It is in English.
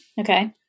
Okay